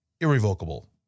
irrevocable